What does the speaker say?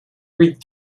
read